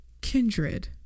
kindred